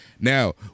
Now